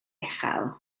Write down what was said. uchel